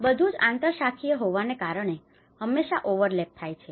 બધું જ આંતરશાખાકીય હોવાના કારણે હંમેશાં ઓવરલેપ થાય છે